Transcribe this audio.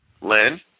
Lynn